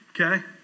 Okay